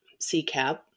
CCAP